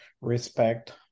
respect